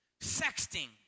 Sexting